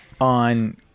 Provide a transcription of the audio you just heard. on